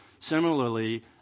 Similarly